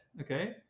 Okay